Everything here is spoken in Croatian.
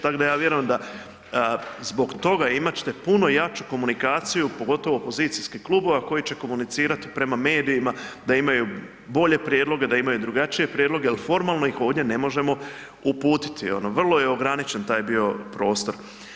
Tako da ja vjerujem da zbog toga i imat ćete puno jaču komunikaciju pogotovo opozicijskih klubova koji će komunicirati prema medijima da imaju bolje prijedloge, da imaju drugačije prijedloge jer formalno ih ovdje ne možemo uputiti ono vrlo je ograničen taj bio prostor.